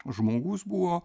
žmogus buvo